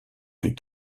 plus